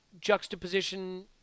juxtaposition